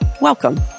Welcome